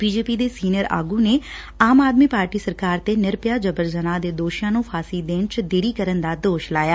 BJP ਦੇ senior ਆਗੁ ਨੇ ਆਮ ਆਦਮੀ ਪਾਰਟੀ ਸਰਕਾਰ ਤੇ ਨਿਰਭੈਆ ਜਬਰ ਜਨਾਹ ਦੇ ਦੋਸ਼ੀਆਂ ਨੰ ਫਾਂਸੀ ਦੇਣ ਚ ਦੇਰੀ ਕਰਨ ਦਾ ਦੋਸ਼ ਲਾਇਆ